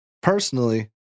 personally